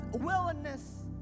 willingness